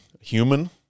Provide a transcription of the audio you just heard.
human